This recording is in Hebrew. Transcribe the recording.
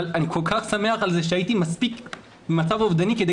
אבל אני כל כך שמח שהייתי מספיק במצב אובדני כדי